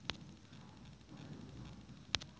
నల్ల రేగడి నెలకు ఉపయోగించే నాగలి చెప్పండి?